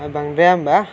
बांद्राया होनबा